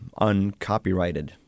uncopyrighted